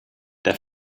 der